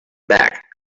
back